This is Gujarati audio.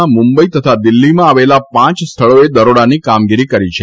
ના મુંબઇ તથા દિલ્હીમાં આવેલા પાંચ સ્થળોએ દરોડાની કામગીરી કરી છે